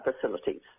facilities